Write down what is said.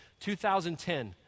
2010